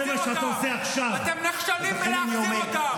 אתם נכשלים בלהחזיר אותם.